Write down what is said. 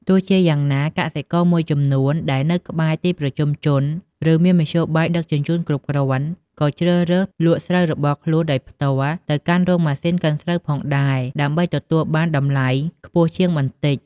ទោះជាយ៉ាងណា កសិករមួយចំនួនដែលនៅក្បែរទីប្រជុំជន ឬមានមធ្យោបាយដឹកជញ្ជូនគ្រប់គ្រាន់ ក៏អាចជ្រើសរើសលក់ស្រូវរបស់ខ្លួនដោយផ្ទាល់ទៅកាន់រោងម៉ាស៊ីនកិនស្រូវផងដែរ ដើម្បីទទួលបានតម្លៃខ្ពស់ជាងបន្តិច។